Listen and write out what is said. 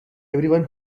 everyone